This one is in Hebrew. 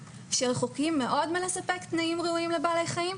שרחוקים מאוד מלספק תנאים ראויים לבעלי חיים,